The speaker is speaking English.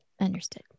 understood